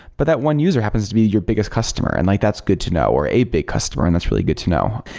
but that one user happens to be your biggest customer, and like that's good to know, or a big customer, and that's really good to know.